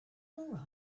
all